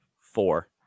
Four